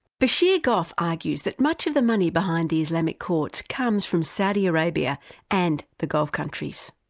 bashir goth argues that much of the money behind the islamic courts comes from saudi arabia and the gulf countries.